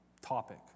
topic